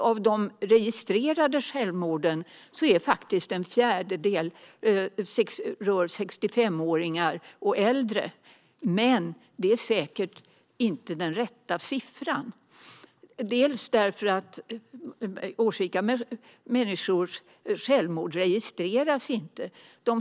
Av de registrerade självmorden begås faktiskt en fjärdedel av personer som är 65 år och äldre, men det är säkert inte den rätta siffran. Årsrika människors självmord registreras nämligen inte.